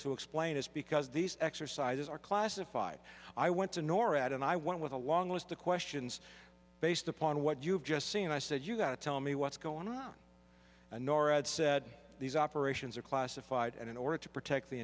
to explain is because these exercises are classified i went to norad and i went with a long list of questions based upon what you've just seen i said you got to tell me what's going on and norad said these operations are classified and in order to protect the